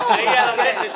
האחראי על הרכש,